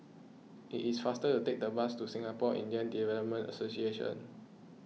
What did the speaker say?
it is faster to take the bus to Singapore Indian Development Association